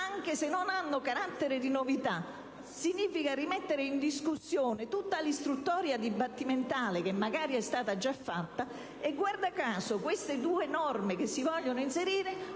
anche se non hanno carattere di novità, significa rimettere in discussione tutta l'istruttoria dibattimentale, che magari è stata già fatta. E il caso vuole che queste due norme che si vogliono inserire